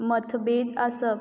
मथभेद आसप